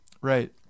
Right